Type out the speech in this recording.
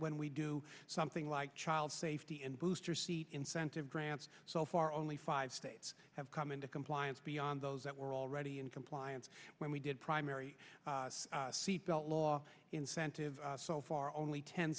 when we do something like child safety and booster seat incentive grants so far only five states have come into compliance beyond those that were already in compliance when we did primary seat belt law incentives so far only ten